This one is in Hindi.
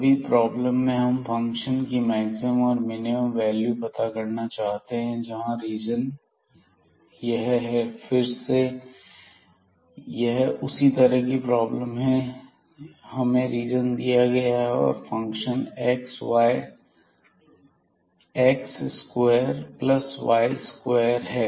अभी प्रॉब्लम में हम फंक्शन की मैक्सिमम और मिनिमम वैल्यू पता करना चाहते हैं जहां रीजन गैप है फिर से यह उसी तरह की प्रॉब्लम है हमें रीजन दिया गया है और function x square plus y square है